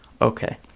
Okay